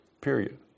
period